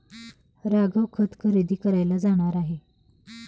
राघव खत खरेदी करायला जाणार आहे